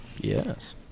Yes